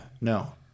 No